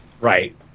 Right